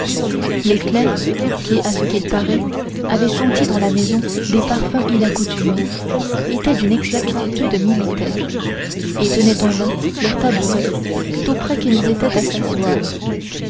les clercs qui à ce qu'il paraît avaient senti dans la maison des parfums inaccoutumés étaient d'une exactitude militaire et tenaient en main leurs tabourets tout prêts qu'ils étaient à s'asseoir